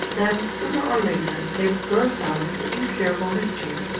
then sooner or later they burst out into incurable mischiefs,